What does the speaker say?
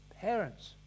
parents